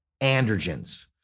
androgens